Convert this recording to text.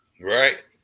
Right